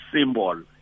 symbol